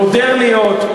מודרניות,